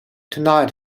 tonight